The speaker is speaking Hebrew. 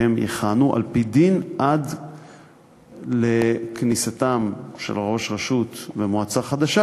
והם יכהנו על-פי דין עד לכניסתם של ראש רשות ומועצה חדשה,